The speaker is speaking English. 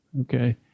Okay